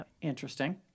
Interesting